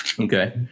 Okay